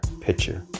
picture